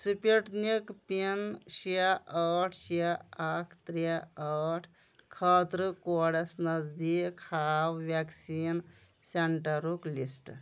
Sputnik پن شےٚ ٲٹھ شےٚ اکھ ترٛےٚ ٲٹھ خٲطرٕ کوڈس نزدیٖک ہاو ویکسیٖن سینٹرُک لسٹ